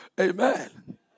amen